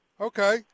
okay